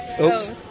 Oops